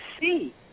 see